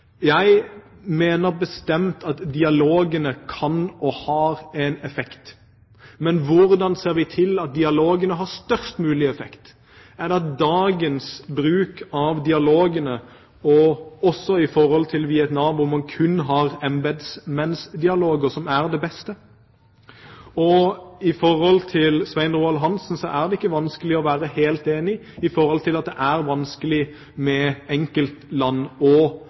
at dialogene har størst mulig effekt? Er det dagens bruk av dialog, også i forhold til Vietnam, hvor man kun har embetsmannsdialoger, som er det beste? Til Svein Roald Hansen: Det er ikke vanskelig å være helt enig i at det er vanskelig med enkeltland